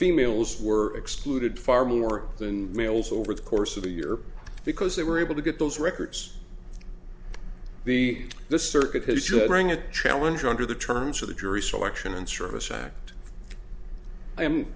females were excluded far more than males over the course of the year because they were able to get those records the the circuit has just rang a challenge under the terms of the jury selection and service act